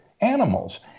animals